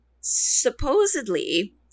Supposedly